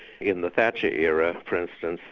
in the thatcher era for instance,